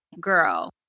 girl